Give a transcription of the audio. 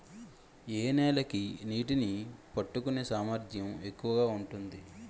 ఏ నేల కి నీటినీ పట్టుకునే సామర్థ్యం ఎక్కువ ఉంటుంది?